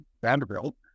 Vanderbilt